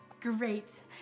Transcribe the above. Great